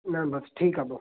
न बस ठीकु आहे पोइ